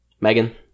megan